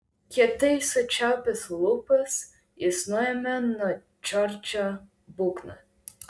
kietai sučiaupęs lūpas jis nuėmė nuo džordžo būgną